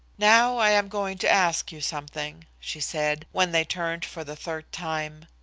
now i am going to ask you something, she said, when they turned for the third time.